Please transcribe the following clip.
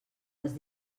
les